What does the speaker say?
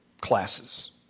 classes